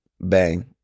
Bang